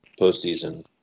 postseason